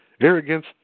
Arrogance